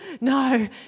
no